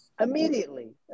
Immediately